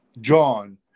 John